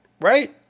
Right